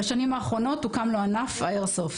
בשנים האחרונות הוקם לו ענף האיירסופט,